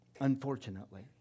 unfortunately